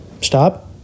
stop